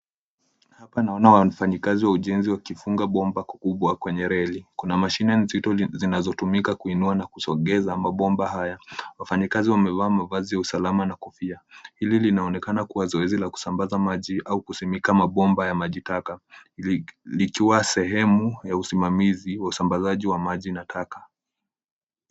Hapa naona wafanyikazi wa ujenzi wakifunga bomba kubwa kwenye reli. Kuna mashine nzito zinazotumika kuinua na kusogeza mabomba haya. Wafanyikazi wamevaa mavazi ya usalama na kofia. Hili linaonekana kuwa zoezi la kusambaza maji au kusimika mabomba ya maji taka, ikiwa sehemu ya usimamizi wa usambazaji wa maji na taka.